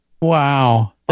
Wow